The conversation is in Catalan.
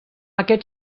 aquest